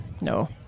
No